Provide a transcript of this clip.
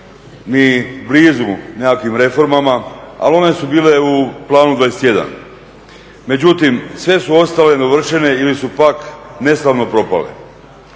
ni blizu nekakvim reformama ali one su bile u planu 21. Međutim, sve su otale nedovršene ili su pak neslavno propale.